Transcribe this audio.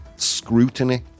scrutiny